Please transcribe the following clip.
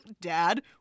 dad